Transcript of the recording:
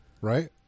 right